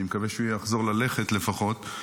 אני מקווה שהוא יחזור ללכת לפחות.